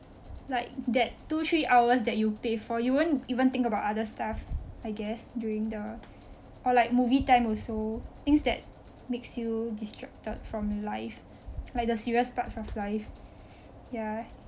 like that two three hours that you pay for you won't even think about other stuff I guess during the or like movie time also things that makes you distracted from life like the serious parts of life ya